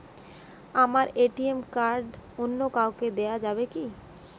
আমার ATM card অন্য কাউকে দেওয়া যাবে কি?